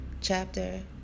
Chapter